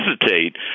hesitate